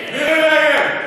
מירי רגב.